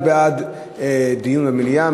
הוא בעד דיון במליאה,